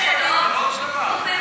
מבחינה משפטית זה לא אותו דבר.